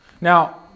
Now